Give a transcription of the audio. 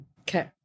Okay